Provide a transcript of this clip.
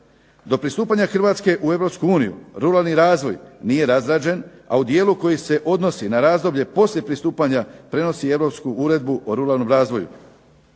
Do pristupanja Hrvatske u Europsku uniju ruralni razvoj nije razrađen, a u dijelu koji se odnosi na razdoblje poslije pristupanja prenosi europsku Uredbu o ruralnom razvoju.